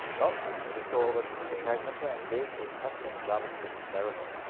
well, we can just go over to google tag manager and build a custom javascript variable.